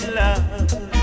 love